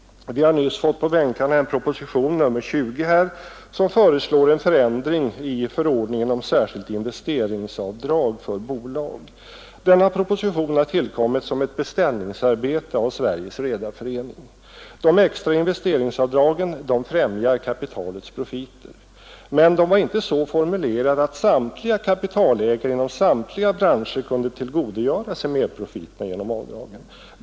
Vi har nyss på bänkarna fått propositionen 20, som föreslår en förändring i förordningen om särskilt investeringsavdrag för bolag. Denna proposition har tillkommit som ett beställningsarbete av Sveriges redareförening. De extra investeringsavdragen främjar kapitalets profiter, men de var inte så formulerade att samtliga kapitalägare inom samtliga branscher kunde tillgodogöra sig merprofiterna genom avdragen.